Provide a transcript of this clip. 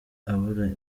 abura